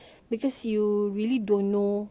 what kind of vaccine will actually work